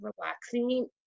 relaxing